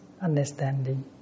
understanding